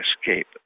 escape